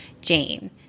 Jane